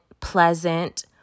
pleasant